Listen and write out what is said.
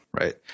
right